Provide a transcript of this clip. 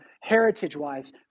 heritage-wise